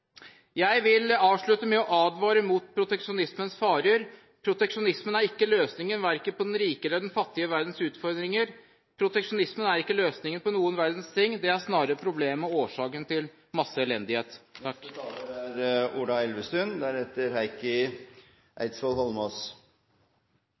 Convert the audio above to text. Jeg vil avslutte med å advare mot proteksjonismens farer. Proteksjonisme er ikke løsningen på verken den rike eller den fattige verdens utfordringer. Proteksjonisme er ikke løsningen på noen verdens ting. Det er snarere problemet og årsaken til masse elendighet. Dette budsjettet er